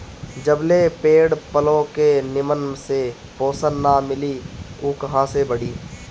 जबले पेड़ पलो के निमन से पोषण ना मिली उ कहां से बढ़ी